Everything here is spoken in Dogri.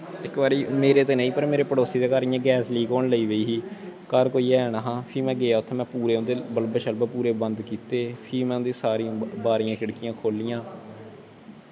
इक्क बारी मेरे ते नेईं मेरे पड़ोसी दे घर गैस लीक होन लग्गी पेई ही घर कोई ऐहा नेहा ते फिर बल्ब बंद कीते फ्ही सारियां बारियां बंद कीतियां